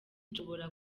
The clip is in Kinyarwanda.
nshobora